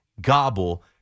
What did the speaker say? Gobble